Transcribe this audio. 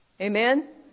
Amen